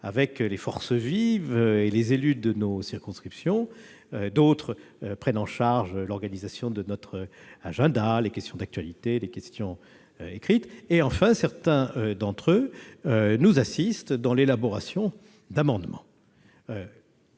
avec les forces vives et les élus de nos circonscriptions ; d'autres prennent en charge l'organisation de notre agenda, les questions d'actualité, les questions écrites ; enfin, certains d'entre eux nous assistent dans l'élaboration de nos amendements.